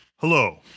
Hello